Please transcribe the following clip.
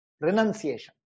renunciation